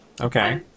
Okay